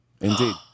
indeed